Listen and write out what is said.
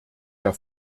der